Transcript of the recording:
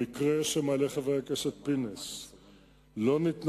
במקרה שמעלה חבר הכנסת פינס לא ניתנה